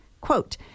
Quote